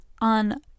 on